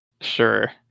Sure